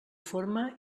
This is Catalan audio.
forma